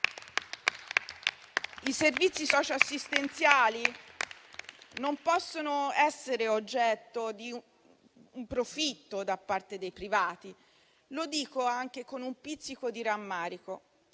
I servizi socioassistenziali non possono essere oggetto di profitto da parte dei privati. Lo dico anche con un pizzico di rammarico: